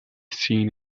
seen